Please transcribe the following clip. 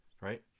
Right